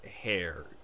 hair